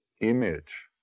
image